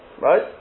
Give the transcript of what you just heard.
right